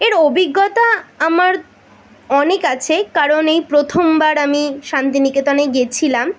এর অভিজ্ঞতা আমার অনেক আছে কারণ এই প্রথমবার আমি শান্তিনিকেতনে গেছিলাম